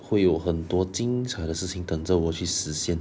会有很多精彩的事情等着我去实现